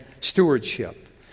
stewardship